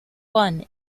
one